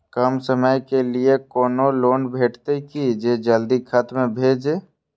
कम समय के लीये कोनो लोन भेटतै की जे जल्दी खत्म भे जे?